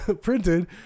printed